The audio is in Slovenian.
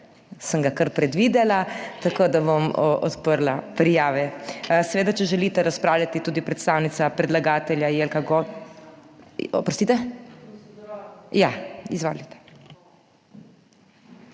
sem ga kar predvidela, tako da bom odprla prijave. Seveda, če želite razpravljati tudi predstavnica predlagatelja Jelka God... / oglašanje